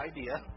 idea